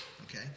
okay